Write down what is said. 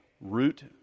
root